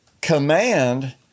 command